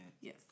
yes